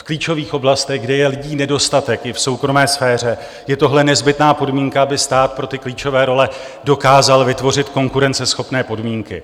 V klíčových oblastech, kde je lidí nedostatek, i v soukromé sféře je tohle nezbytná podmínka, aby stát pro klíčové role dokázal vytvořit konkurenceschopné podmínky.